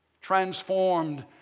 transformed